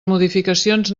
modificacions